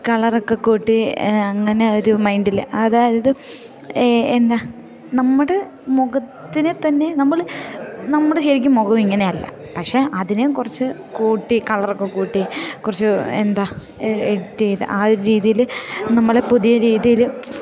കളറൊക്കെ കൂട്ടി അങ്ങനെ ഒരു മൈൻഡിൽ അതായത് എന്നാ നമ്മുടെ മുഖത്തിനെ തന്നെ നമ്മൾ നമ്മുടെ ശരിക്കും മുഖം ഇങ്ങനെയല്ല പക്ഷേ അതിനെയും കുറച്ച് കൂട്ടി കളറൊക്കെ കൂട്ടി കുറച്ച് എന്താ എഡിറ്റ് ചെയ്ത് ആ ഒരു രീതിയിൽ നമ്മൾ പുതിയ രീതിയിൽ